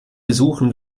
besuchen